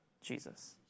Jesus